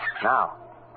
Now